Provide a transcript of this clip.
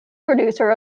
producer